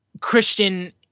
Christian